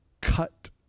cut